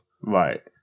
right